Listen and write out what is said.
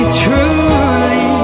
truly